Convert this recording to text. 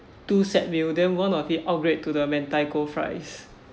two set meal then one of it upgrade to the mentaiko fries